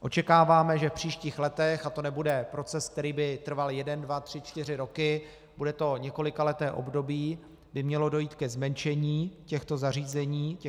Očekáváme, že v příštích letech a to nebude proces, který by trval jeden, dva, tři, čtyři roky, bude to několikaleté období by mělo dojít ke zmenšení těchto